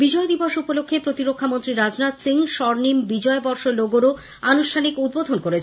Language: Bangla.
বিজয় দিবস উপলক্ষে প্রতিরক্ষামন্ত্রী রাজনাথ সিং স্বর্নিম বিজয় বর্ষ লগোর আনুষ্ঠানিক উদ্বোধন করেন